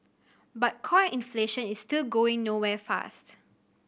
but core inflation is still going nowhere fast